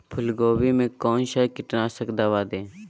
फूलगोभी में कौन सा कीटनाशक दवा दे?